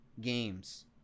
games